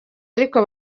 ariko